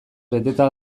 beteta